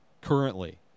Currently